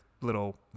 little